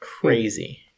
crazy